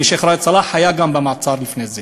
ושיח' ראאד סלאח היה גם במעצר לפני זה.